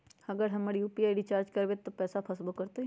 अगर हम यू.पी.आई से रिचार्ज करबै त पैसा फसबो करतई?